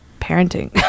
parenting